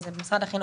וזה במשרד החינוך,